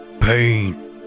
Pain